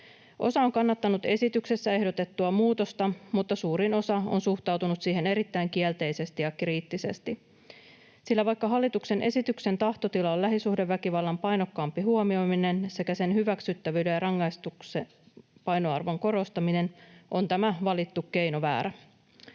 Osa on kannattanut esityksessä ehdotettua muutosta, mutta suurin osa on suhtautunut siihen erittäin kielteisesti ja kriittisesti. Sillä vaikka hallituksen esityksen tahtotila on lähisuhdeväkivallan painokkaampi huomioiminen sekä sen hyväksyttävyyden ja rangaistuksen painoarvon korostaminen, on tämä valittu keino väärä.